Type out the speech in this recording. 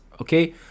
okay